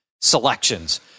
selections